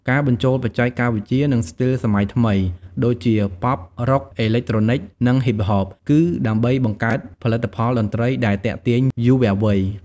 ការបញ្ចូលបច្ចេកវិទ្យា និងស្ទីលសម័យថ្មី ដូចជា ប៉ុប រ៉ុក អេឡិកត្រូនិក និងហ៊ីបហប កឺដើម្បីបង្កើតផលិតផលតន្ត្រីដែលទាក់ទាញយុវវ័យ។